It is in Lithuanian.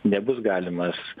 nebus galimas